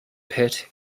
pit